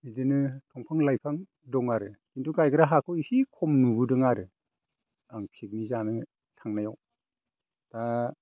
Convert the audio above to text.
बिदिनो दंफां लाइफां दं आरो खिन्थु गायग्रा हाखौ इसे खम नुबोदों आरो आं पिकनिक जानो थांनायाव दा